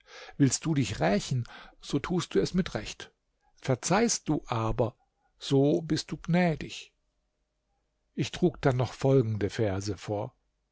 willst du dich rächen so tust du es mit recht verzeihst du aber so bist du gnädig ich trug dann noch folgende verse vor